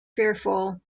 fearful